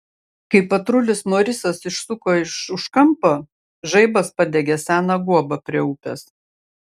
kai patrulis morisas išsuko iš už kampo žaibas padegė seną guobą prie upės